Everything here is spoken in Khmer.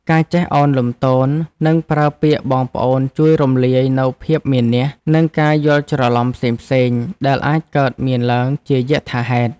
ការចេះឱនលំទោននិងប្រើពាក្យបងប្អូនជួយរំលាយនូវភាពមានះ និងការយល់ច្រឡំផ្សេងៗដែលអាចកើតមានឡើងជាយថាហេតុ។